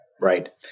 right